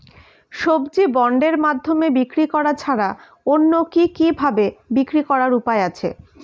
সবজি বন্ডের মাধ্যমে বিক্রি করা ছাড়া অন্য কি কি ভাবে বিক্রি করার উপায় আছে?